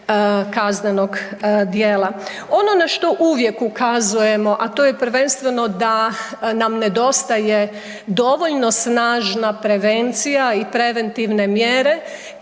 kaznenog djela. Ono na što uvijek ukazujemo, a to je prvenstveno da nam nedostaje dovoljno snažna prevencija i preventivne mjere